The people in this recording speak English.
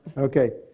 okay.